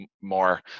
more